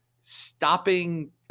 stopping